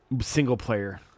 single-player